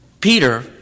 Peter